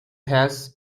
texts